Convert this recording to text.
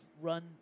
run